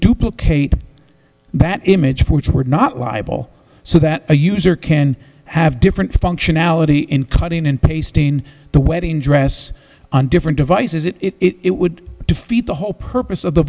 duplicate that image which we're not libel so that a user can have different functionality in cutting and pasting the wedding dress on different devices it it would defeat the whole purpose of the